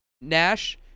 Nash